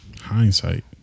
Hindsight